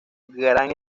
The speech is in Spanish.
gran